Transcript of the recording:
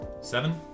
Seven